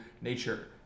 nature